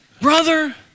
brother